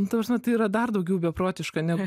nu ta prasme tai yra dar daugiau beprotiška ne